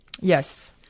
Yes